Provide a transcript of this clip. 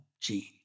Gene